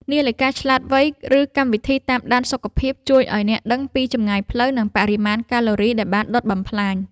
នាឡិកាឆ្លាតវៃ ឬកម្មវិធីតាមដានសុខភាព ជួយឱ្យអ្នកដឹងពីចម្ងាយផ្លូវ និងបរិមាណកាឡូរីដែលបានដុតបំផ្លាញ។